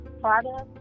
products